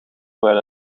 terwijl